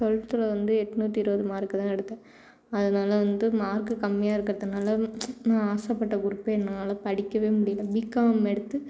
டுவெல்த்தில் வந்து எட்நூத்தி இருபது மார்க்கு தான் எடுத்தேன் அதனால வந்து மார்க்கு கம்மியாக இருக்கிறதுனால நான் ஆசைப்பட்ட குரூப் என்னால் படிக்க முடியல பிகாம் எடுத்து